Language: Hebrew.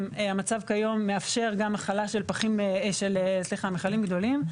המצב כיום מאפשר גם החלה של מכלים גדולים,